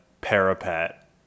parapet